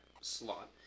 slot